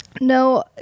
No